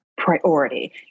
priority